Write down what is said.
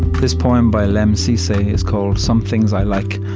this poem by lemn sissay is called some things i like,